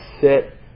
sit